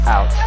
Out